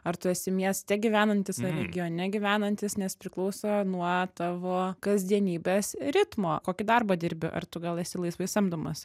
ar tu esi mieste gyvenantis ar regione gyvenantis nes priklauso nuo tavo kasdienybės ritmo kokį darbą dirbi ar tu gal esi laisvai samdomas